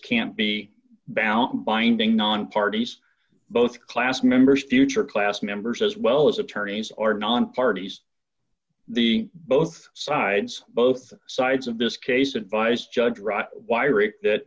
can't be bound binding on parties both class members future class members as well as attorneys are non parties the both sides both sides of this case advise judge